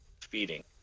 feeding